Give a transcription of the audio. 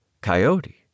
Coyote